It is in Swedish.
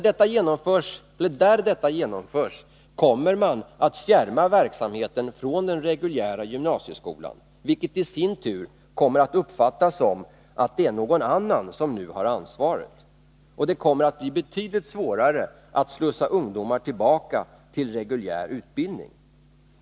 Där detta genomförs kommer man att fjärma verksamheten från den reguljära gymnasieskolan, vilket i sin tur kommer att uppfattas som att det är någon annan som nu har ansvaret. Det kommer att bli betydligt svårare att slussa ungdomarna tillbaka till reguljär utbildning.